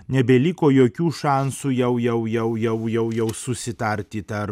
nebeliko jokių šansų jau jau jau jau susitarti tarp